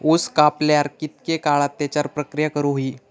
ऊस कापल्यार कितके काळात त्याच्यार प्रक्रिया करू होई?